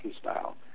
style